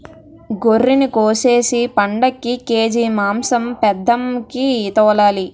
గొర్రినికోసేసి పండక్కి కేజి మాంసం పెద్దమ్మికి తోలాలి